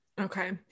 Okay